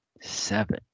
seven